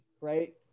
right